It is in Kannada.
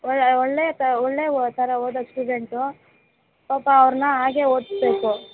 ಒಳ್ಳೆಯ ತ ಒಳ್ಳೆಯ ಓ ಥರ ಓದೋ ಸ್ಟೂಡೆಂಟು ಪಾಪ ಅವ್ರನ್ನ ಹಾಗೆ ಓದಿಸ್ಬೇಕು